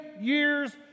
years